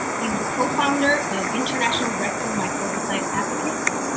he's the co-founder of international rectal microbicide advocates.